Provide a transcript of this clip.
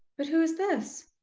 but who is this?